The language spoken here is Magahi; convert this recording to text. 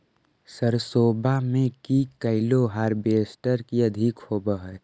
सरसोबा मे की कैलो हारबेसटर की अधिक होब है?